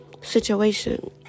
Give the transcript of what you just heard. situation